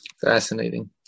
Fascinating